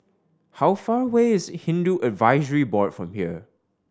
how far away is Hindu Advisory Board from here